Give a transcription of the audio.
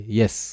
yes